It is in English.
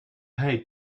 paid